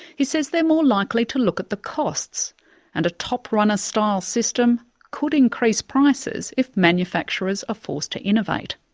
he says they're more likely to look at the costs and a top runner-style system could increase prices if manufacturers are forced to innovate.